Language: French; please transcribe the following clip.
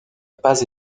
pas